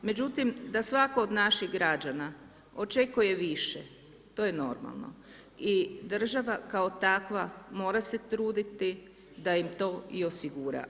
Međutim, da svatko od naših građana očekuje više, to je normalno i država kao takva mora se truditi da im to i osigura.